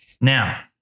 Now